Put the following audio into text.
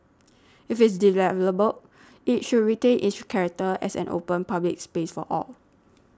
if it's it should retain its character as an open public space for all